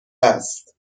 است